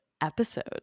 episode